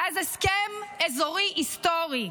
ואז: הסכם אזורי היסטורי,